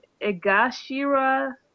Egashira